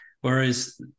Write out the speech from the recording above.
Whereas